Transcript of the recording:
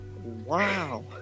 Wow